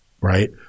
right